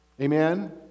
Amen